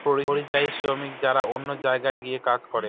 পরিযায়ী শ্রমিক যারা অন্য জায়গায় গিয়ে কাজ করে